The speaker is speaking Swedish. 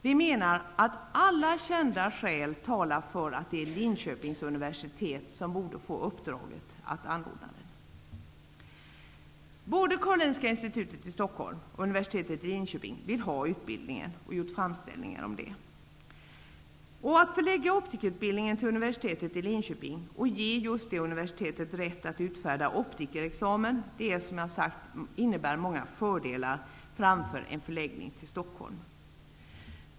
Vi menar att alla kända skäl talar för att det är Linköpings universitet som borde få uppdraget att anordna utbildningen. Både Karolinska institutet i Stockholm och universitetet i Linköping vill ha utbildningen och har gjort framställningar om detta. Att förlägga optikerutbildningen till universitetet i Linköping och ge just det universitetet rätt att utfärda optikerexamen innebär, som jag har sagt, många fördelar framför en förläggning till Stockholm.